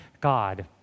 God